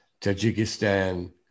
Tajikistan